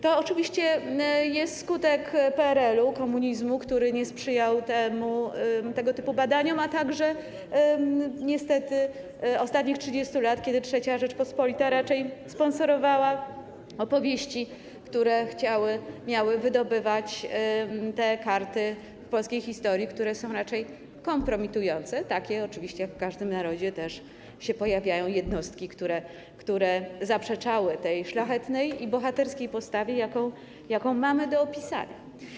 To oczywiście jest skutek PRL-u, komunizmu, który nie sprzyjał tego typu badaniom, a także niestety ostatnich 30 lat, kiedy III Rzeczpospolita raczej sponsorowała opowieści, które chciały, miały wydobywać te karty polskiej historii, które są raczej kompromitujące - takie oczywiście jak w każdym narodzie, też się pojawiają jednostki, które zaprzeczały tej szlachetnej i bohaterskiej postawie, jaką mamy do opisania.